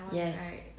yes